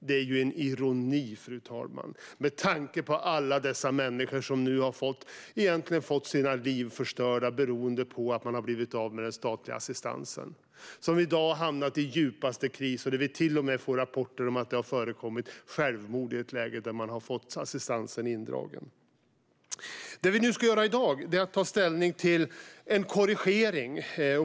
Det är ironi, fru talman, med tanke på alla dessa människor som nu har fått sina liv förstörda beroende på att de har blivit av med den statliga assistansen. De har hamnat i den djupaste kris. Vi får till och med rapporter om att det har förekommit självmord i samband med att man har fått assistansen indragen. Det vi ska göra i dag är att ta ställning till en korrigering.